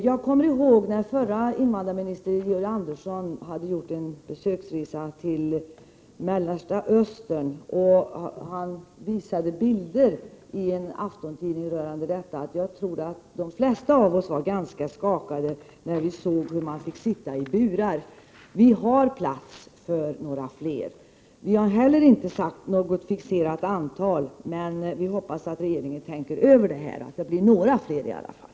Jag kommer ihåg när förre invandrarministern, Georg Andersson, hade gjort en resa till Mellersta Östern och i en aftontidning visade bilder från detta besök. Jag tror att de flesta av oss var ganska skakade när vi fick se människor sitta i burar. Vi har plats för fler. Vi har heller inte sagt något bestämt antal, men vi hoppas att regeringen tänker över denna fråga, så att det blir några fler i alla fall.